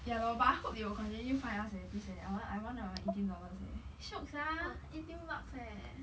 ya lor but I hope they will continue find us eh please eh I want I want the eighteen dollars eh shiok sia eighteen bucks eh